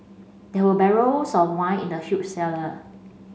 there were barrels of wine in the huge cellar